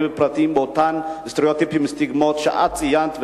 ופרטיים ואותם סטריאוטיפים וסטיגמות שאת ציינת,